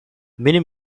minnie